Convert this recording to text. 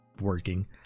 working